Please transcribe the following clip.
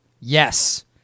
yes